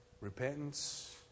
repentance